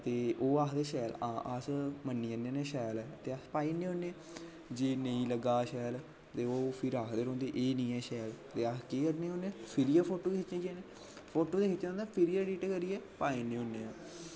ते ओह् आखदे शैल आं अस मन्नी जन्ने होने आं ते अस पाई ने होने जेह् नेईं लग्गा शैल ते ओह् फिर आखदे रौह्ंदे एह् निं ऐ शैल ते अस केह् करने होने आं फिर इ'यै फोटो खिच्चनें होने आं फोटो ते खिच्चने होने आं फिर एडिट करियै पाई ने होने आं